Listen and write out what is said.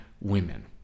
women